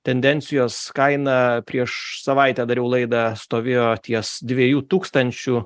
tendencijos kaina prieš savaitę dariau laidą stovėjo ties dviejų tūkstančių